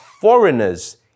foreigners